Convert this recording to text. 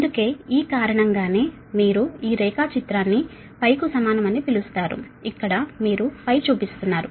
అందుకే ఈ కారణంగానే మీరు ఈ డయాగ్రమ్ ను లైన్ గా పిలుస్తారు ఇక్కడ మీరు చూపిస్తున్నారు